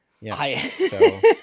Yes